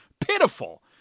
pitiful